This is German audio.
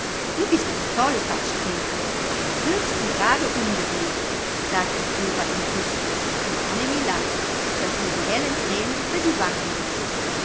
du bist ein tollpatsch grete im höchsten grade ungebildet sagte flora entrüstet und annemie lachte daß ihr die hellen thränen über die wangen liefen